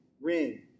ring